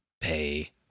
pay